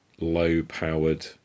low-powered